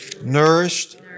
nourished